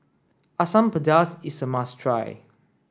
Asam Pedas is a must try